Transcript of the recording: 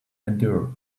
endure